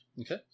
Okay